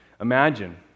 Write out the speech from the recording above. Imagine